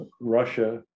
russia